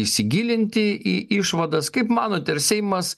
įsigilinti į išvadas kaip manot ar seimas